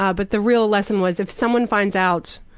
ah but the real lesson was if someone finds out